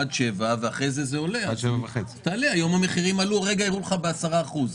הרגע הראו לך שהמחירים עלו ב-10%.